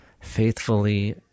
faithfully